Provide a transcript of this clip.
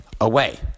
away